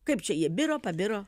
kaip čia jie biro pabiro